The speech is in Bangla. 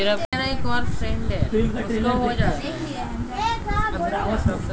যেই গাছ বা উদ্ভিদগুলিতে বছরের কোন একটি সময় ফল ধরে তাদের একবর্ষজীবী উদ্ভিদ বলা হয়